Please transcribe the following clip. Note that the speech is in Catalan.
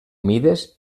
mides